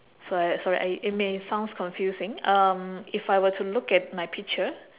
so I sorry I it may sounds confusing um if I were to look at my picture